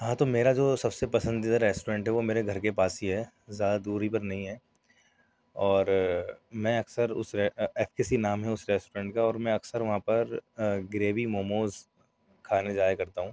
ہاں تو میرا جو سب سے پسندیدہ ریسٹورینٹ ہے وہ میرے گھر کے پاس ہی ہے زیادہ دوری پر نہیں ہے اور میں اکثر اُس اسی نام ہے اُس ریسٹورینٹ کا اور میں اکثر وہاں پر گریوی موموز کھانے جایا کرتا ہوں